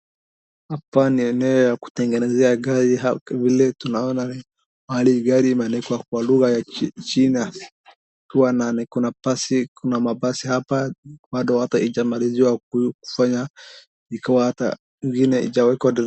Hapa ni eneo ya kutengenezea gari hapa vile tunaoana ni mahali gari imeandikwa kwa lugha ya china. Ikiwa na ni kuna basi kuna mabasi hapa bado hata haijamaliziwa kufanya ikiwa ata ingine bado haijawekwa.